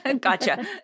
Gotcha